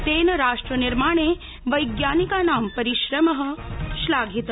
तेन राष्ट्रनिर्माणे वैज्ञानिकानां परिश्रम श्लाघित